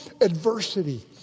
adversity